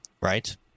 Right